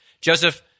Joseph